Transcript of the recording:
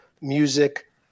music